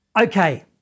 Okay